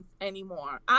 anymore